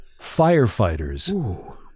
firefighters